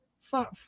fuck